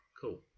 Cool